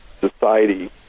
society